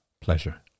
pleasure